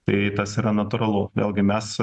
tai tas yra natūralu vėlgi mes